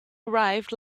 arrived